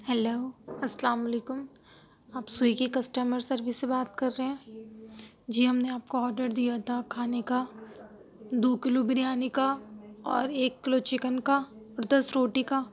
hello السّلام علیکم آپ سویگی کسٹمر سروس سے بات کر رہے ہیں جی ہم نے آپ کو آڈر دیا تھا کھانے کا دو کلو بریانی کا اور ایک کلو چکن کا اور دس روٹی کا